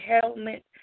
helmet